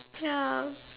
ya